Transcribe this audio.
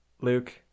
Luke